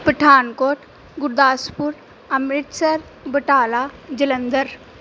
Pathankot Gurdaspur Amritsar Batala Jalandhar